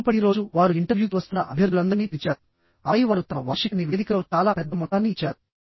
మునుపటి రోజువారు ఇంటర్వ్యూకి వస్తున్న అభ్యర్థులందరినీ పిలిచారు ఆపై వారు తమ వార్షిక నివేదికలో చాలా పెద్ద మొత్తాన్ని ఇచ్చారు